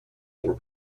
more